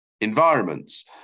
environments